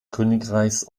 königreichs